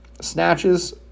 snatches